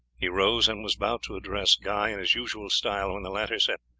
he rose and was about to address guy in his usual style, when the latter said